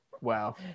wow